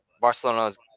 Barcelona's